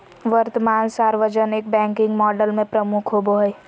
वर्तमान सार्वजनिक banking model में प्रमुख होबो हइ